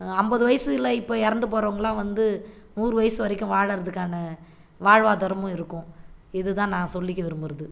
ஐம்பது வயசில் இப்போ இறந்து போகறவங்களாம் வந்து நூறு வயசு வரைக்கும் வாழறதுக்கான வாழ்வாதாரமும் இருக்கும் இது தான் நான் சொல்லிக்க விரும்புகிறது